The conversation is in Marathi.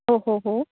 हो हो हो